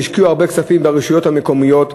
והשקיעו הרבה כספים ברשויות המקומיות,